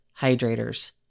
hydrators